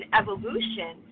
evolution